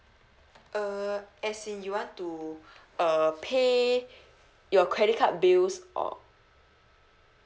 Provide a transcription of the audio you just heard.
uh as in you want to err pay your credit card bills or